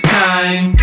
time